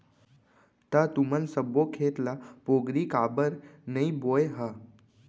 त तुमन सब्बो खेत ल पोगरी काबर नइ बोंए ह?